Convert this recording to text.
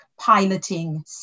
piloting